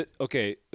Okay